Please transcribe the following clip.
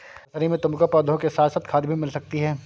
nursery में तुमको पौधों के साथ साथ खाद भी मिल सकती है